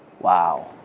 Wow